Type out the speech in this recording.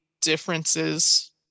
differences